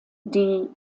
die